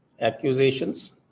accusations